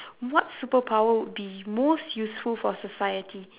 what superpower would be most useful for society